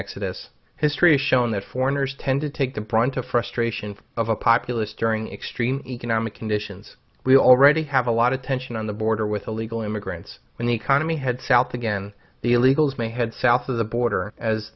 exodus history has shown that foreigners tend to take the brunt of frustration of a populace during extreme economic conditions we already have a lot of tension on the border with illegal immigrants when the economy head south again the illegals may head south of the border as